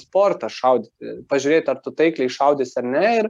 sporte šaudyti pažiūrėt ar tu taikliai šaudysi ar ne ir